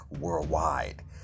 worldwide